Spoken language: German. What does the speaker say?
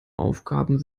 aufgaben